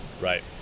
right